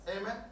Amen